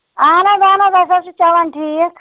اَہَن حظ اَہَن حظ اَسہِ حظ چھُ چلان ٹھیٖک